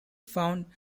found